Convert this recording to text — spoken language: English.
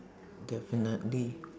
definitely